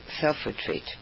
self-retreat